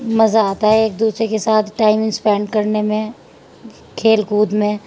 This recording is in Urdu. مزہ آتا ہے ایک دوسرے کے ساتھ ٹائم اسپینڈ کرنے میں کھیل کود میں